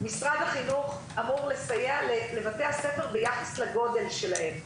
משרד החינוך אמור לסייע לבתי הספר ביחס לגודל שלהם.